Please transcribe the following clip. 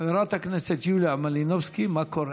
חברת הכנסת יוליה מלינובסקי, מה קורה?